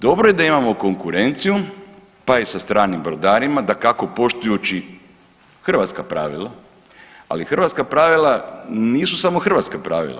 Dobro je da imamo konkurenciju pa i sa stranim brodarima dakako poštujući hrvatska pravila, ali hrvatska pravila nisu samo hrvatska pravila.